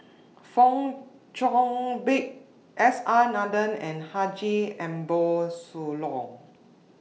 Fong Chong Pik S R Nathan and Haji Ambo Sooloh